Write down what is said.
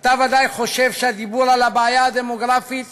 אתה בוודאי חושב שהדיבור על הבעיה הדמוגרפית